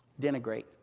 denigrate